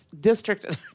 district